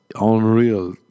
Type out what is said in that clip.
unreal